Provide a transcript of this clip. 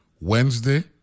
Wednesday